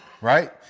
Right